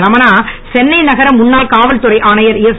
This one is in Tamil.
ரமணா சென்னை நகர முன்னாள் காவல்துறை ஆணையர் எஸ்